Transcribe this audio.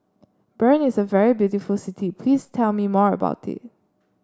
Bern is a very beautiful city please tell me more about it